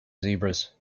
zebras